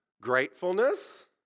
Gratefulness